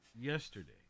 yesterday